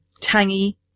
Tangy